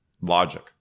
logic